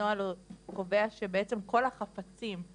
הנוהל קובע שזה בעצם מתקן משמורת,